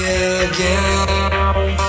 again